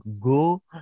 Go